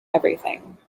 everything